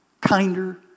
kinder